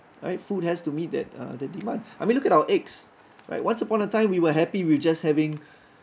right food has to meet that uh that demand I mean look at our eggs right once upon a time we were happy with just having